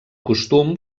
costum